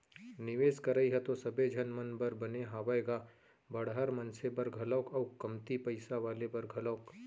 निवेस करई ह तो सबे झन मन बर बने हावय गा बड़हर मनसे बर घलोक अउ कमती पइसा वाले बर घलोक